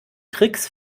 tricks